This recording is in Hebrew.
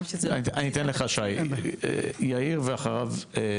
יאיר, בבקשה.